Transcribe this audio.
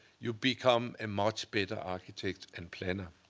you become a much better architect and planner.